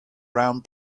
round